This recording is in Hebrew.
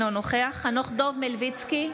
אינו נוכח חנוך דב מלביצקי,